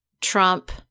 Trump